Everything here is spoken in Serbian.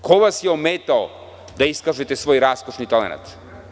Ko vas je ometao da iskažete svoj raskošni talenat?